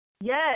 Yes